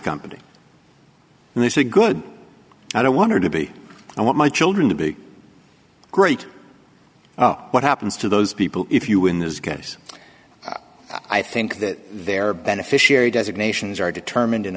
company and they say good i don't want to be i want my children to be great what happens to those people if you in this case i think that their beneficiary designations are determined in